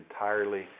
entirely